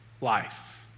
life